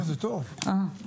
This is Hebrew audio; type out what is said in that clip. היא דיברה בטוב.